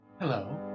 Hello